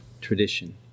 tradition